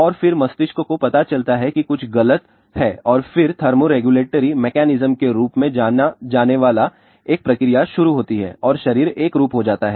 और फिर मस्तिष्क को पता चलता है कि कुछ गलत है और फिर थर्मो रेगुलेटरी मैकेनिज्म के रूप में जाना जाने वाला एक प्रक्रिया शुरू होती है और शरीर एकरूप हो जाता है